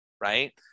Right